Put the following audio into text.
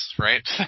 right